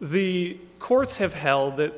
the courts have held that